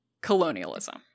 colonialism